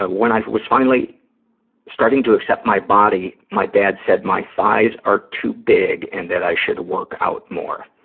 ah when i was finally starting to accept my body, my dad said my thighs are too big and that i should work out more.